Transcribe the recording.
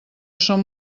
som